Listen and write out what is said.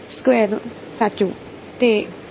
તો સાચું તે કાર્ય છે જે મારી પાસે છે